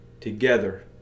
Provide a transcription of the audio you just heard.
together